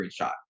screenshot